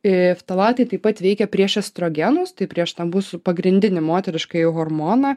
į ftalatai taip pat veikia prieš estrogenus tai prieš ten busų pagrindinį moteriškąjį hormoną